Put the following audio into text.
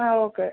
ആ ഓക്കെ